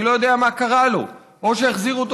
אני לא יודע מה קרה לו: או שהחזירו אותו